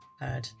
heard